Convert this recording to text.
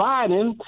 Biden